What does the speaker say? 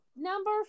Number